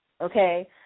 Okay